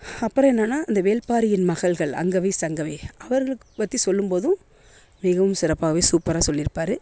அப்புறம் என்னனா இந்த வேள்பாரியின் மகள்கள் அங்கவை சங்கவை அவர்களுக்கு பற்றி சொல்லும் போதும் மிகவும் சிறப்பாகவே சூப்பராக சொல்லிருப்பார்